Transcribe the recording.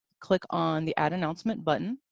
click on the add announcement button.